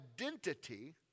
identity